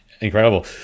incredible